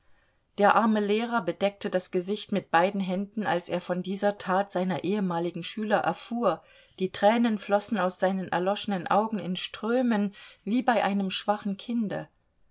der arme lehrer bedeckte das gesicht mit beiden händen als er von dieser tat seiner ehemaligen schüler erfuhr die tränen flossen aus seinen erloschenen augen in strömen wie bei einem schwachen kinde